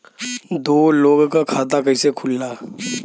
दो लोगक खाता कइसे खुल्ला?